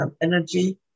energy